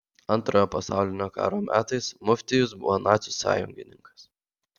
antrojo pasaulinio karo metais muftijus buvo nacių sąjungininkas